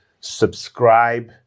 subscribe